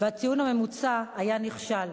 והציון הממוצע היה נכשל.